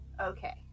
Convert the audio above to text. Okay